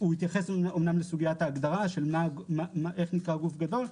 הוא מתייחס אמנם לסוגיית ההגדרה של איך נקרא גוף גדול,